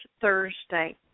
Thursday